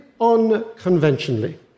unconventionally